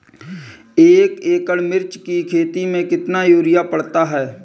एक एकड़ मिर्च की खेती में कितना यूरिया पड़ता है?